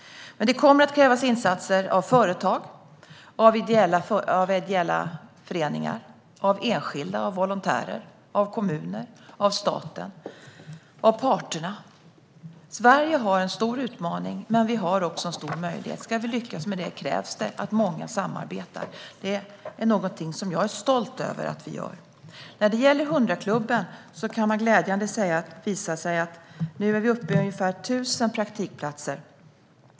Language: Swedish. Detta kommer att kräva insatser av företag och av ideella föreningar, av enskilda och volontärer, av kommunerna och av staten samt av parterna. Sverige står inför en stor utmaning, men det finns också en stor möjlighet. Om vi ska lyckas med den krävs det att många samarbetar. Det är något jag är stolt över att vi gör. När det gäller 100-klubben har det glädjande visat sig att vi är uppe i tusen praktikplatser.